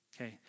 okay